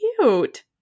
cute